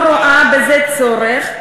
אבל אני לא רואה בזה צורך,